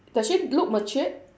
does she look matured